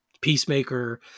Peacemaker